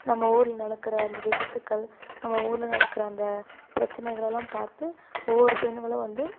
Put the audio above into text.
நம்ம ஊரில் நடக்கிற அந்த விபத்துக்கள் நம்ம ஊரில் நடக்கிற அந்த பிரச்சனைகளேலாம் பார்த்து ஒவ்வொரு பெண்களும் வந்து